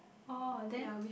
oh then